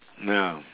ya